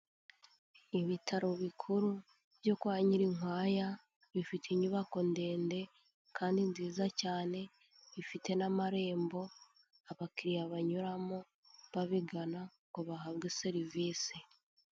Ibitaro bikuru byo kwa Nyirinkwaya, bifite inyubako ndende kandi nziza cyane, ifite n'amarembo abakiriya banyuramo babigana ngo bahabwe serivisi.